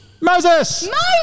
Moses